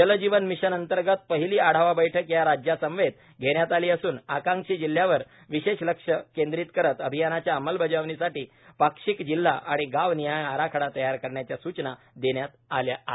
जल जीवन मिशन अंतर्गत पहिली आढावा बैठक या राज्यांसमवेत घेण्यात आली असून आकांक्षी जिल्ह्यांवर विशेष लक्ष केंद्रित करत अभियानाच्या अंमलबजावणीसाठी पाक्षिक जिल्हा आणि गावनिहाय आराखडा तयार करण्याच्या सूचना देण्यात आल्या आहेत